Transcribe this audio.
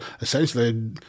essentially